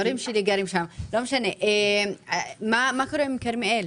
מה קורה עם כרמיאל?